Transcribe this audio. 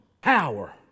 power